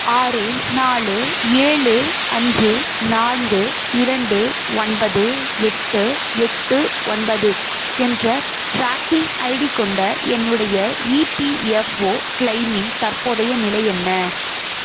ஆறு நாலு ஏழு அஞ்சு நான்கு இரண்டு ஒன்பது எட்டு எட்டு ஒன்பது என்ற ட்ராக்கிங் ஐடி கொண்ட என்னுடைய இபிஎஃப்ஓ கிளைமின் தற்போதைய நிலை என்ன